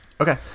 Okay